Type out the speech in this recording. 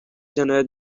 جنایت